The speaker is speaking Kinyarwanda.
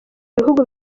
ibihugu